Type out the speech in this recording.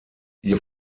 ihr